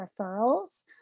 referrals